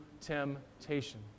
temptation